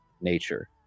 nature